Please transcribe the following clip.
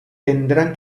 tendrán